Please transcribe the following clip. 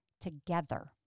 together